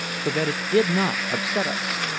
so that it did not upset us.